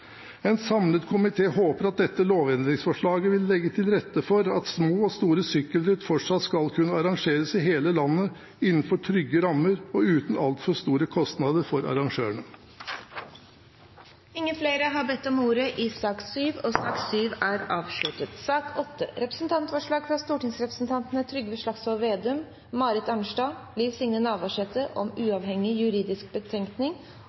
En samlet komité håper at dette lovendringsforslaget vil legge til rette for at små og store sykkelritt fortsatt skal kunne arrangeres i hele landet innenfor trygge rammer og uten altfor store kostnader for arrangørene. Flere har ikke bedt om ordet til sak